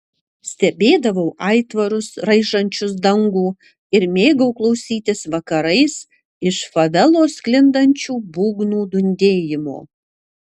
stebėdavau aitvarus raižančius dangų ir mėgau klausytis vakarais iš favelos sklindančių būgnų dundėjimo